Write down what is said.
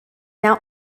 now